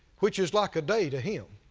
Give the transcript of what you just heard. which is like a day to him.